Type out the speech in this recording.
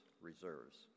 Reserves